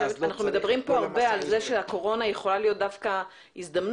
ואנחנו מדברים פה הרבה על זה שהקורונה יכולה להיות דווקא הזדמנות,